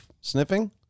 sniffing